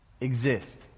exist